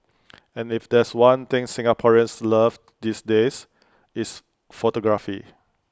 and if there's one thing Singaporeans love these days it's photography